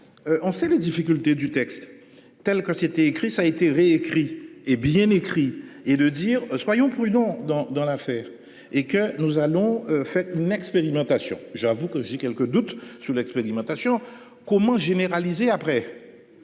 On sait les difficultés du texte telle que c'était écrit ça été réécrit et bien écrit et de dire soyons prudent dans dans l'affaire et que nous allons faire une expérimentation. J'avoue que j'ai quelques doutes sur l'expérimentation. Comment généralisé après.